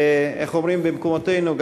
איך אומרים במקומותינו?